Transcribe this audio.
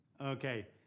Okay